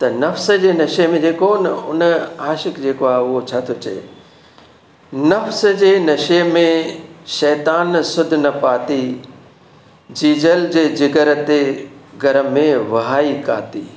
त नफ़्स जे नशे में जेको उन उन आशिक़ु जेको आहे उहो छा तो चए नफ़्स जे नशे में शैतानु सुध न पाती जीजल जे जिगर ते घर में वहाई काती